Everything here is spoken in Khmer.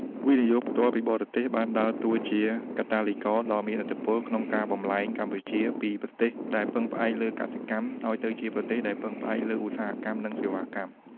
វិនិយោគផ្ទាល់ពីបរទេស បានដើរតួជាកាតាលីករដ៏មានឥទ្ធិពលក្នុងការបំប្លែងកម្ពុជាពីប្រទេសដែលពឹងផ្អែកលើកសិកម្ម ឱ្យទៅជាប្រទេសដែលពឹងផ្អែកលើឧស្សាហកម្ម និងសេវាកម្ម។